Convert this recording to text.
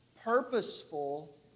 purposeful